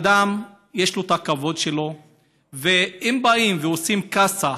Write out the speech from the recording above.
כ"ב באייר תשע"ח,